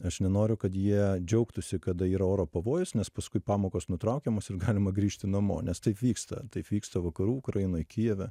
aš nenoriu kad jie džiaugtųsi kada yra oro pavojus nes paskui pamokos nutraukiamos ir galima grįžti namo nes taip vyksta taip vyksta vakarų ukrainoj kijeve